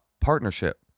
partnership